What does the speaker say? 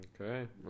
Okay